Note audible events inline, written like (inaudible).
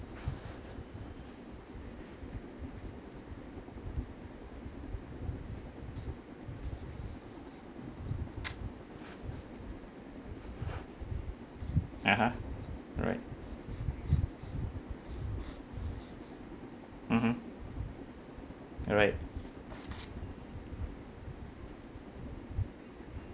(noise) (uh huh) all right mmhmm alright